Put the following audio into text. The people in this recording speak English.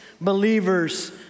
believers